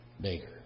Baker